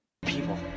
people